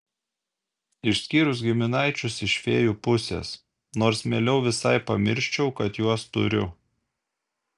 išskyrus giminaičius iš fėjų pusės nors mieliau visai pamirščiau kad juos turiu